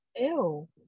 ew